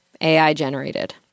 AI-generated